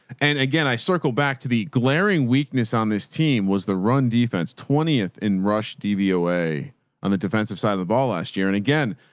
and again, i circle back to the glaring weakness on this team was the run defense twentieth in rush dvo way on the defensive side of the ball last year. and again,